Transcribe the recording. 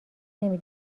نمی